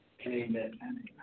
Amen